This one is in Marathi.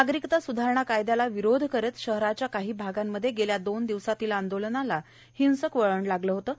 नागरीकता सुधारणा कायद्याला विरोध करीत शहराच्या काही भागांमध्ये गेल्या दोन दिवसातील आंदोलनाला हिंसक वळण लागलं होतं